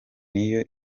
niyo